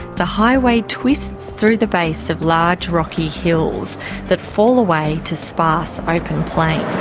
the highway twists through the base of large rocky hills that fall away to sparse open plains.